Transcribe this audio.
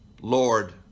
Lord